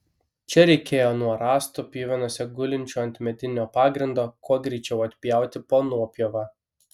čia reikėjo nuo rąstų pjuvenose gulinčių ant medinio pagrindo kuo greičiau atpjauti po nuopjovą